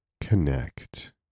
connect